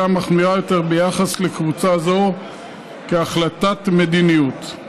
מחמירה יותר ביחס לקבוצה זו כהחלטת מדיניות.